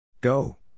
Go